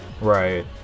right